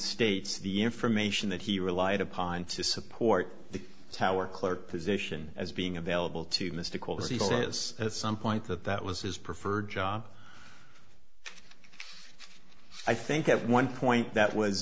states the information that he relied upon to support the tower clerk position as being available to mystical diseases at some point that that was his preferred job i think at one point that was